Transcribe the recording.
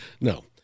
No